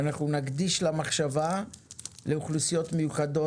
אנחנו נקדיש מחשבה לאוכלוסיות מיוחדות,